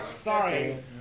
Sorry